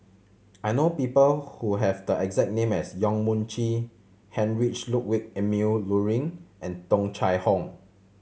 I know people who have the exact name as Yong Mun Chee Heinrich Ludwig Emil Luering and Tung Chye Hong